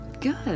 Good